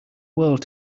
world